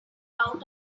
out